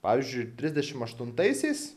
pavyzdžiui trisdešim aštuntaisiais